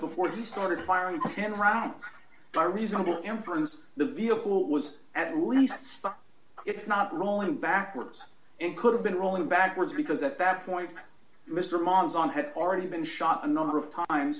before he started firing ten rounds by reasonable inference the vehicle was at least struck it's not rolling backwards it could have been rolling backwards because at that point mr man's on had already been shot a number of times